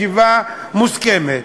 ישיבה מוסכמת.